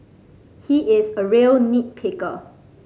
he is a real nit picker